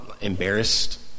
embarrassed